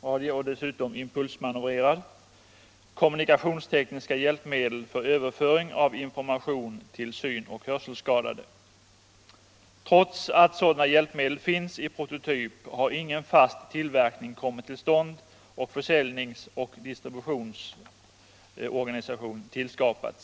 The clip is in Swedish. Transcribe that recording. och dessutom impulsmanövrerad samt kommunikationstekniska hjälpmedel för överföring av information till syn och hörselskadade. Trots att sådana hjälpmedel finns i prototyp har ingen fast tillverkning kommit till stånd och ingen försäljnings eller distributionsorganisation tillskapats. "